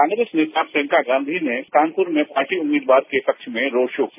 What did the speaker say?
कांग्रेस नेता प्रियंका गांधी ने शाम कानपुर में पार्टी उम्मीदवार के पक्षमें रोड शो किया